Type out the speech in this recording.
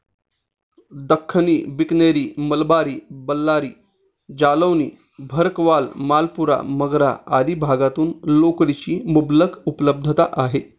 दख्खनी, बिकनेरी, मलबारी, बल्लारी, जालौनी, भरकवाल, मालपुरा, मगरा आदी भागातून लोकरीची मुबलक उपलब्धता आहे